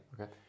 Okay